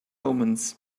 omens